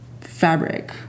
fabric